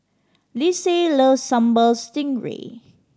Lyndsay loves Sambal Stingray